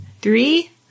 Three